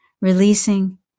releasing